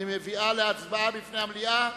אני מביאה להצבעה בפני המליאה.